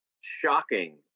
shocking